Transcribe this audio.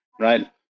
right